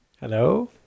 Hello